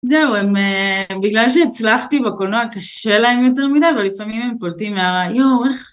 זהו, הם, בגלל שהצלחתי בקולנוע, קשה להם יותר מדי, אבל לפעמים הם פולטים הערה .. יואו, איך...